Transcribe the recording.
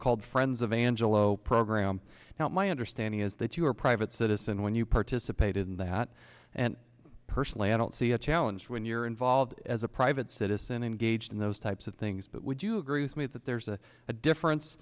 called friends of angelo program now my understanding is that you are a private citizen when you participated in that and personally i don't see a challenge when you're involved as a private citizen engaged in those types of things but would you agree with me that there's a difference